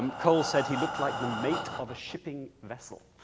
um cole said he looked like the mate of a shipping vessel,